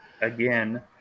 again